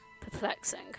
perplexing